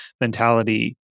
mentality